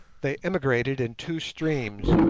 they emigrated in two streams,